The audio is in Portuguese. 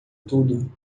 tudo